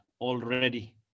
already